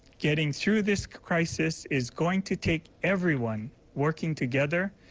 getting through this crisis is going to take everyone working together.